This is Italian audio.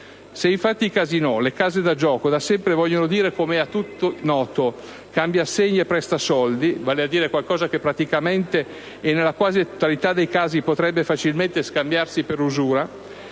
Se infatti i casinò e le case da gioco da sempre vogliono dire, com'è a tutti noto, «cambia assegni» e «presta soldi», vale a dire qualcosa che praticamente nella quasi totalità dei casi potrebbe facilmente scambiarsi per usura,